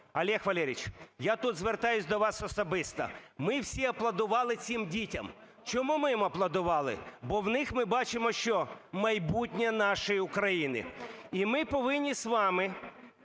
Олег Валерійович, я тут звертаюсь до вас особисто. Ми всі аплодували цим дітям. Чому ми їм аплодували? Бо в них ми бачимо, що? Майбутнє нашої України. І ми повинні з вами